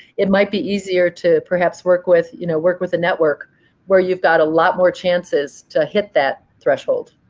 it might be easier to perhaps work with you know work with a network where you've got a lot more chances to hit that threshold.